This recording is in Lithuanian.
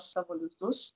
savo lizdus